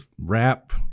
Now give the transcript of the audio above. wrap